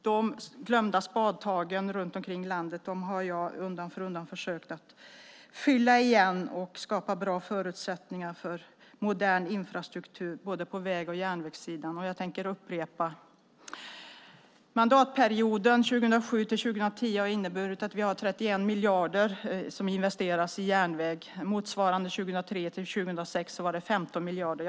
De glömda spadtagen runt omkring i landet har jag undan för undan försökt att fylla igen och skapa bra förutsättningar för en modern infrastruktur, både på väg och järnvägssidan. Jag tänker upprepa: Mandatperioden 2007-2010 har inneburit att 31 miljarder investeras i järnväg. 2003-2006 var det 15 miljarder.